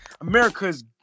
America's